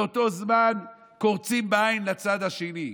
באותו זמן קורצים בעין לצד השני.